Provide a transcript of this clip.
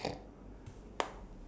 oh okay